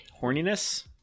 horniness